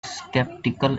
skeptical